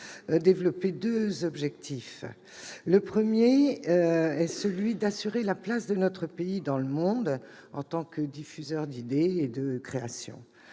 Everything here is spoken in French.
développer deux d'entre eux. Le premier est d'assurer la place de notre pays dans le monde en tant que diffuseur d'idées et de création.